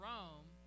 Rome